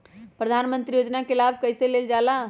प्रधानमंत्री योजना कि लाभ कइसे लेलजाला?